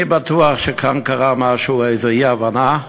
אני בטוח שכאן קרה משהו, איזו אי-הבנה.